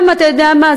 גם, אתה יודע מה?